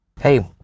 hey